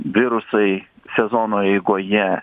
virusai sezono eigoje